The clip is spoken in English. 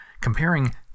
comparing